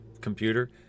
computer